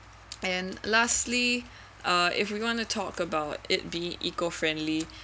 and lastly uh if we're going to talk about it be eco friendly